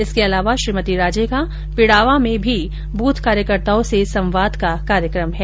इसके अलावा श्रीमती राजे का पिडावा में भी बूथ कार्यकर्ताओं से संवाद का कार्यक्रम है